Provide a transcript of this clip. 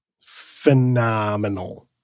Phenomenal